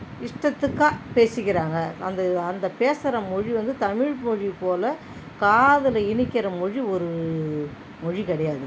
இஷ்டத்துக்கு பேசிக்கிறாங்க அந்த அந்த பேசுகிற மொழி வந்து தமிழ் மொழி போல் காதில் இனிக்கிற மொழி ஒரு மொழி கிடையாதுங்க